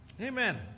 Amen